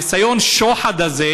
ניסיון השוחד הזה